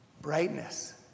Brightness